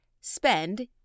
spend